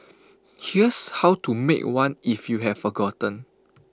here's how to make one if you have forgotten